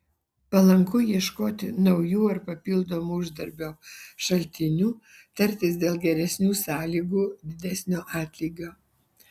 palanku ieškoti naujų ar papildomų uždarbio šaltinių tartis dėl geresnių sąlygų didesnio atlygio